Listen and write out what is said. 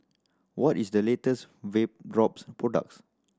what is the latest Vapodrops products